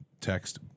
text